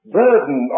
burden